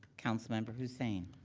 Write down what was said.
councilmember hussain.